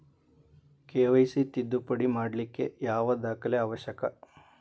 KYC ತಿದ್ದುಪಡಿ ಮಾಡ್ಲಿಕ್ಕೆ ಯಾವ ದಾಖಲೆ ಅವಶ್ಯಕ?